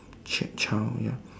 chi~ child ya